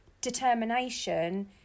determination